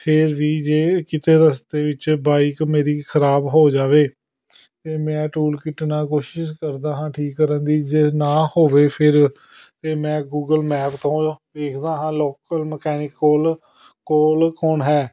ਫਿਰ ਵੀ ਜੇ ਕਿਤੇ ਰਸਤੇ ਵਿੱਚ ਬਾਈਕ ਮੇਰੀ ਖ਼ਰਾਬ ਹੋ ਜਾਵੇ ਤਾਂ ਮੈਂ ਟੂਲ ਕਿੱਟ ਨਾਲ ਕੋਸ਼ਿਸ਼ ਕਰਦਾ ਹਾਂ ਠੀਕ ਕਰਨ ਦੀ ਜੇ ਨਾ ਹੋਵੇ ਫਿਰ ਫਿਰ ਮੈਂ ਗੂਗਲ ਮੈਪ ਤੋਂ ਦੇਖਦਾ ਹਾਂ ਲੋਕਲ ਮਕੈਨਿਕ ਕੋਲ ਕੋਲ ਕੌਣ ਹੈ